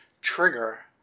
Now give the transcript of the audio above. trigger